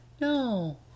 No